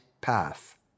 path